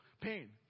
Pain